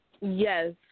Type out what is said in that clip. Yes